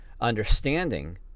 Understanding